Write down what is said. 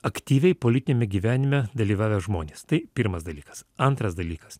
aktyviai politiniame gyvenime dalyvavę žmonės tai pirmas dalykas antras dalykas